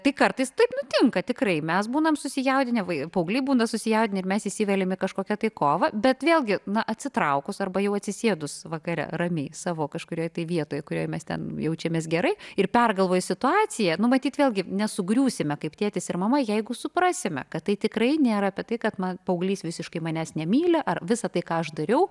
tai kartais taip nutinka tikrai mes būnam susijaudinę vai paaugliai būna susijaudinę ir mes įsiveliam kažkokią tai kova bet vėlgi na atsitraukus arba jau atsisėdus vakare ramiai savo kažkurioj tai vietoj kurioj mes ten jaučiamės gerai ir pergalvoji situaciją nu matyt vėlgi nesugriūsime kaip tėtis ir mama jeigu suprasime kad tai tikrai nėra apie tai kad na paauglys visiškai manęs nemyli ar visa tai ką aš dariau